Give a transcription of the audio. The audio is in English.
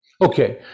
okay